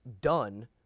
done